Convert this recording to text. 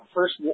First